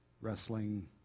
wrestling